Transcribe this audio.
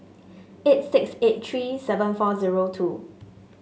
eight six eight three seven four zero two